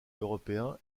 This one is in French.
européen